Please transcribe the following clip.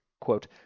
quote